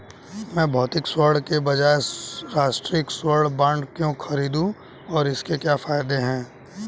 मैं भौतिक स्वर्ण के बजाय राष्ट्रिक स्वर्ण बॉन्ड क्यों खरीदूं और इसके क्या फायदे हैं?